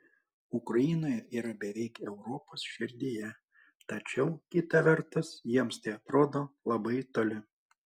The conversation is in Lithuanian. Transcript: ukrainoje yra beveik europos širdyje tačiau kita vertus jiems tai atrodo labai toli